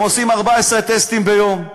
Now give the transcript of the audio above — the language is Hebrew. הם עושים 14 טסטים ביום,